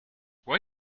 why